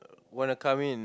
wanna come in